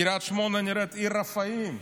קריית שמונה נראית עיר רפאים.